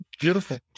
Beautiful